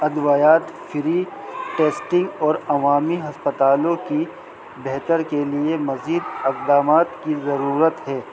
ادویات free testing اور عوامی ہسپتالوں کی بہتر کے لیے مزید اقدامات کی ضرورت ہے